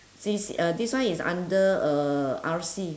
C_C uh this one is under uh R_C